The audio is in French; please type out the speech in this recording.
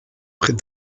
près